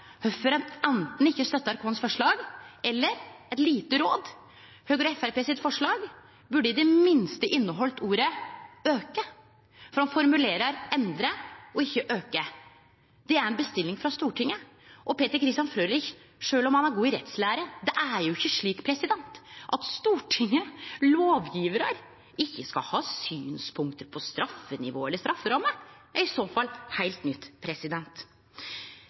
kvifor ein enten ikkje støttar forslaget vårt. Eller – eit lite råd: Forslaget frå Høgre og Framstegspartiet burde i det minste innehalde ordet «auke» og ikkje «endring». Det er ei bestilling frå Stortinget. Og til representanten Peter Frølich, sjølv om han er god i rettslære: Det er jo ikkje slik at Stortinget – lovgjevarane – ikkje skal ha synspunkt på straffenivå eller strafferammer. Det er i så fall noko heilt nytt.